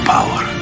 Power